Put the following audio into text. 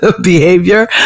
behavior